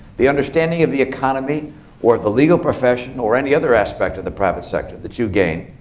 the understanding of the economy or the legal profession or any other aspect of the private sector that you gain,